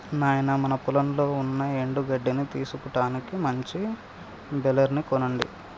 నాయినా మన పొలంలో ఉన్న ఎండు గడ్డిని తీసుటానికి మంచి బెలర్ ని కొనండి